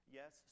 Yes